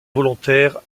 volontaires